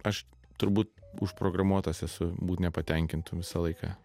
aš turbūt užprogramuotas esu būt nepatenkintu visą laiką